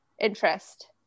interest